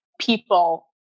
people